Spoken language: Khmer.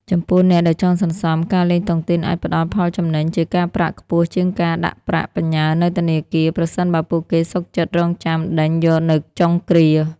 ចំពោះអ្នកដែលចង់សន្សំ ការលេងតុងទីនអាចផ្ដល់ផលចំណេញជាការប្រាក់ខ្ពស់ជាងការដាក់ប្រាក់បញ្ញើនៅធនាគារ ប្រសិនបើពួកគេសុខចិត្តរង់ចាំដេញយកនៅចុងគ្រា។